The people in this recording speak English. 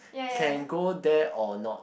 can go there or not